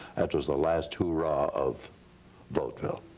that was the last hurrah of vaudeville.